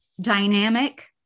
dynamic